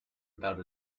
about